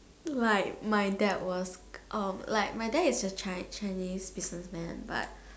like my dad was um like my dad is a Chi~ Chinese business man but